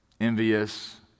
envious